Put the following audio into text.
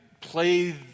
play